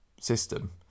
system